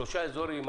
שלושה אזורים,